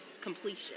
completion